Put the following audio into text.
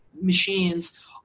machines